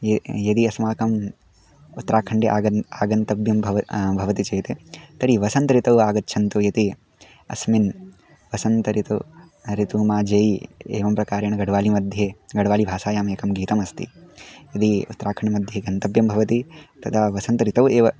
ये यदि अस्माकम् उत्तराखण्डे आगच्छ आगन्तव्यं भव भवति चेत् तर्हि वसन्तर्तौ आगच्छन्तु इति अस्मिन् वसन्तर्तु ऋतुः मा जेयि एवं प्रकारेण गड्वाली मध्ये गड्वाली भाषायाम् एकं गीतमस्ति यदि उत्तराखण्ड् मध्ये गन्तव्यं भवति तदा वसन्तर्तौ एव